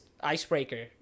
icebreaker